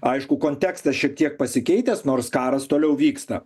aišku kontekstas šiek tiek pasikeitęs nors karas toliau vyksta